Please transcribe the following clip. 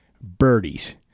Birdies